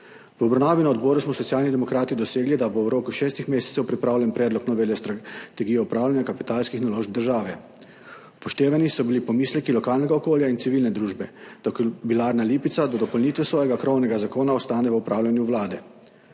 V obravnavi na odboru smo Socialni demokrati dosegli, da bo v roku 6 mesecev pripravljen predlog novele strategije upravljanja kapitalskih naložb države. Upoštevani so bili pomisleki lokalnega okolja in civilne družbe, da Kobilarna Lipica do dopolnitve svojega krovnega zakona ostane v upravljanju Vlade.